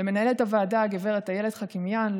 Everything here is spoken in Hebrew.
למנהלת הוועדה הגב' איילת חכימיאן,